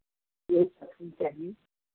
यही सब चीज़ चाहिए